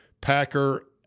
Packer